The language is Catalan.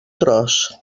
tros